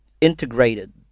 integrated